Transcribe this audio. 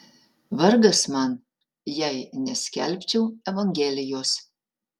vargas man jei neskelbčiau evangelijos